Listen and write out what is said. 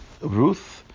Ruth